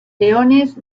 leones